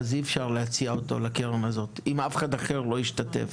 אי אפשר להציע אותו לקרן הזאת אם אף אחד אחר לא ישתתף.